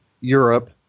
Europe